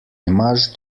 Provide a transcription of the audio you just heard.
imaš